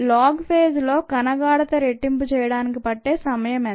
log phase లో కణ గాఢత రెట్టింపు చేయడానికి పట్టే సమయం ఎంత